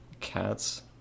cats